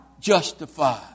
justified